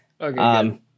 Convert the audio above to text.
Okay